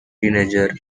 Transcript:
teenager